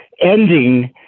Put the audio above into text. ending